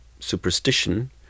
superstition